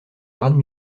grades